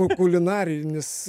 ku kulinarinis